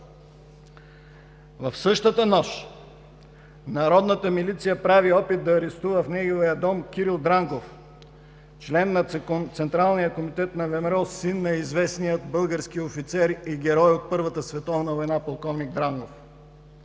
В същата нощ Народната милиция прави опит да арестува в неговия дом Кирил Дрангов – член на Централния комитет на ВМРО, син на известния български офицер и герой от Първата световна война полк. Дрангов.